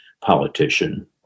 politician